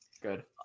Good